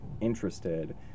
interested